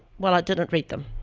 well, i didn't read them.